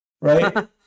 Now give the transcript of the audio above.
right